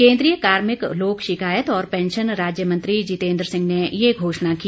केंद्रीय कार्मिक लोक शिकायत और पेंशन राज्य मंत्री जितेन्द्र सिंह ने यह घोषणा की